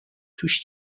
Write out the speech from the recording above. توش